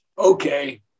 Okay